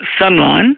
Sunline